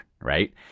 right